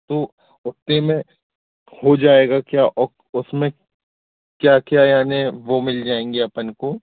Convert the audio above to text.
तो उतने में हो जाएगा क्या ओ उसमें क्या क्या यानि वो मिल जाएंगे अपन को